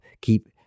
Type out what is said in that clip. keep